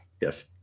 Yes